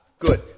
Good